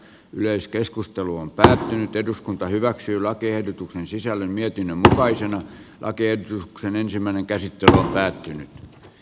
yleiskeskustelu on päättynyt eduskunta hyväksyy lakiehdotuksen sisällön viety takaisin lakiehdotuksen ensimmäinen käsittely on päättynyt